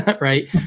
right